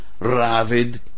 Ravid